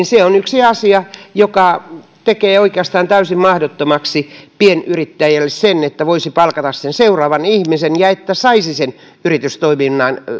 se on yksi asia joka tekee oikeastaan täysin mahdottomaksi pienyrittäjälle sen että voisi palkata sen seuraavan ihmisen ja että saisi sen yritystoiminnan